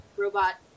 robot